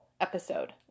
episode